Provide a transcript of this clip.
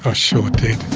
ah sure did.